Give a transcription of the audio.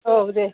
औ दे